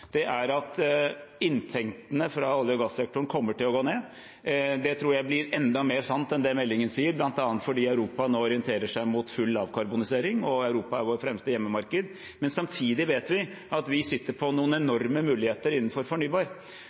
er at inntektene fra olje- og gassektoren kommer til å gå ned. Det tror jeg blir enda mer sant enn det meldingen sier, bl.a. fordi Europa nå orienterer seg mot full avkarbonisering og Europa er vårt fremste hjemmemarked. Samtidig vet vi at vi sitter på noen enorme muligheter innenfor fornybar.